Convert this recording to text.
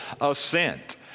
assent